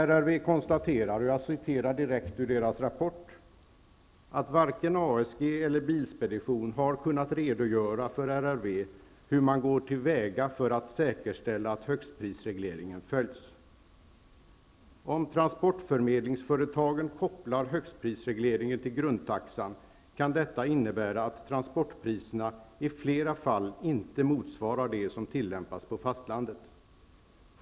RRV konstaterar att: ''Varken ASG eller Bilspedition har kunnat redogöra för RRV hur man går till väga för att säkerställa att högstprisregleringen följs. Om transportförmedlingsföretagen kopplar högstprisregleringen till grundtaxan kan detta innebära att transportpriserna i flera fall inte motsvarar de som tillämpas på fastlandet.